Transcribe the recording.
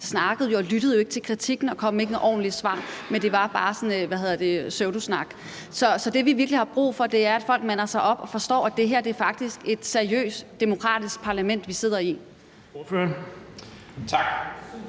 snakkede bare og lyttede jo ikke til kritikken og kom ikke med ordentlige svar. Det var bare sådan pseudosnak. Så det, vi virkelig har brug for, er, at folk mander sig op og forstår, at det faktisk er et seriøst, demokratisk parlament, vi sidder i